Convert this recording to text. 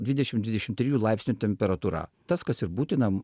dvidešimt dvidešimt trijų laipsnių temperatūra tas kas ir būtina